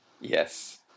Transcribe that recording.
Yes